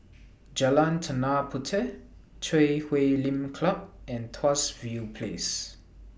Jalan Tanah Puteh Chui Huay Lim Club and Tuas View Place